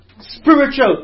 spiritual